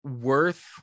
worth